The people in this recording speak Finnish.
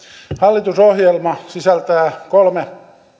hallitusohjelma sisältää kolme